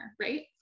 right